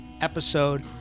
episode